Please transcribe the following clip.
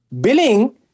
Billing